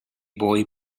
boy